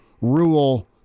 rule